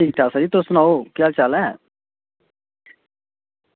ठीक ठाक जी तुस सनाओ